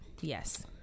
Yes